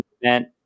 event